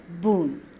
Boon